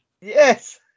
Yes